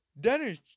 Dennis